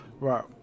Right